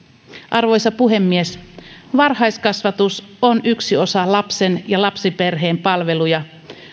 arvoisa puhemies varhaiskasvatus on yksi osa lapsen ja lapsiperheen palveluja